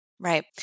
Right